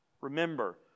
Remember